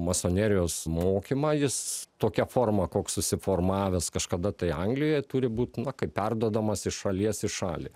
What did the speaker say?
masonerijos mokymą jis tokia forma koks susiformavęs kažkada tai anglijoje turi būt na kaip perduodamas iš šalies į šalį